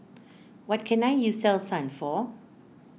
what can I use Selsun for